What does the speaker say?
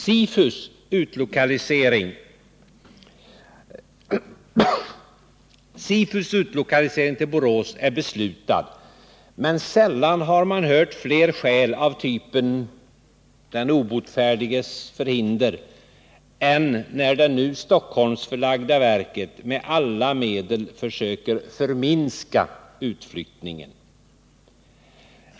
SIFU:s utlokalisering till Borås är beslutad, men sällan har man hört fler skäl av typen ”den obotfärdiges förhinder” än när det nu Stockholmsförlagda verket med alla medel försöker förminska utflyttningen.